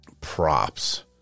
props